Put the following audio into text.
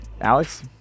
Alex